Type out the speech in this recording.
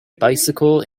bicycle